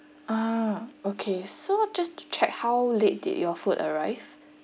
ah okay so just to check how late did your food arrive